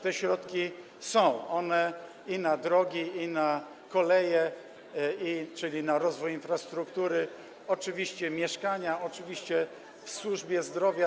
Te środki są i na drogi, i na koleje, czyli na rozwój infrastruktury, oczywiście na mieszkania, oczywiście na służbę zdrowia.